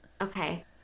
Okay